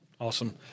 Awesome